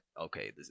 okay